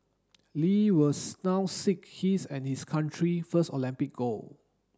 Lee will now seek his and his country first Olympic gold